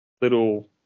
little